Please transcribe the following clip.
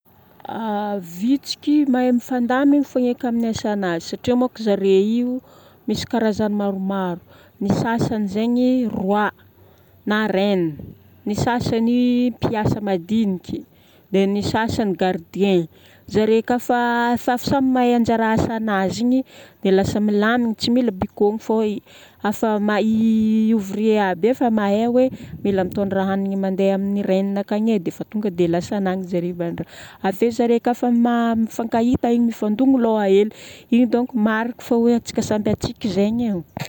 Vitsiky mahay mifandamigny fô eky amin'ny asanazy. Satria moko zare io misy karazany maromaro. Ny sasany zegny roi na reine. Ny sasany mpiasa madiniky, dia ny sasany gardien. Zare kafa efa samy mahay anjara asanazy igny, dia lasa milamigna tsy mila baikoana fô i. Efa ma- i ouvrier aby i efa mahay hoe mila mitondra hanigny mandeha amin'ny reine akagny ai, dia efa tonga dia lasana agny zare. Ave zare kafa mifankahita eny mifandona loha hely. Igny donko marika fa hoe antsika samby antsika zegny io.